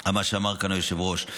מה שאמר כאן היושב-ראש.